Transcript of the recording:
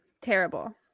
Terrible